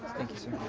thank you, sir.